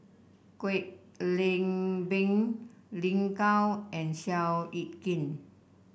Kwek Leng Beng Lin Gao and Seow Yit Kin